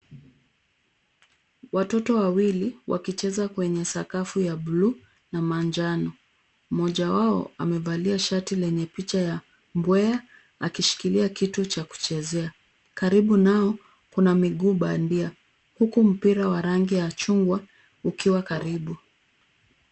Watoto wawili wakicheza kwenye sakafu ya buluu na manjano. Mmoja wao amevalia shati lenye picha ya mbweha akishikilia kitu cha kuchezea. Karibu nao, kuna miguu bandia huku mpira wa rangi ya chungwa, ukiwa karibu.